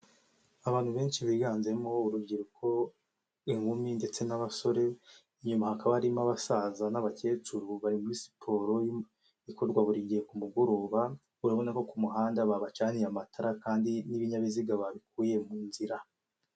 Abantu benshi biganjemo urubyiruko inkumi n'abasore inyuma hakaba harimo abasaza n'abakecuru bari muri siporo ikorwa buri gihe ku mugoroba urabona ko ku muhanda babacaniye amatara kandi n'ibinyabiziga babikuye mu nzira.